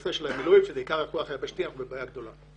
בנושא המילואים שזה עיקר הכוח היבשתי אנחנו בבעיה גדולה.